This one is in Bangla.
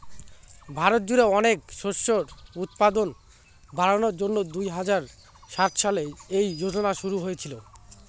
ভারত জুড়ে অনেক শস্যের উৎপাদন বাড়ানোর জন্যে দুই হাজার সাত সালে এই যোজনা শুরু হয়েছিল